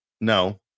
no